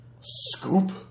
Scoop